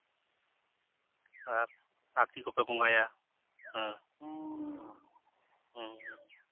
ᱟᱨ ᱟᱨ ᱪᱮᱫᱠᱚᱯᱮ ᱵᱚᱸᱜᱟᱭᱟ ᱦᱮᱸ ᱦᱩᱸ